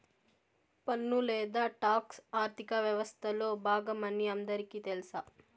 పన్ను లేదా టాక్స్ ఆర్థిక వ్యవస్తలో బాగమని అందరికీ తెల్స